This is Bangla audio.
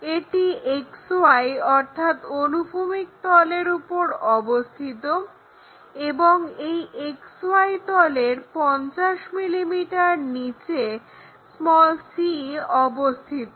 এটি XY অর্থাৎ অনুভূমিক তলের উপর অবস্থিত এবং এই XY তলের 50 mm নিচে c অবস্থিত